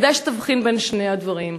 כדאי שתבחין בין שני הדברים.